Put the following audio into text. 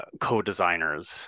co-designers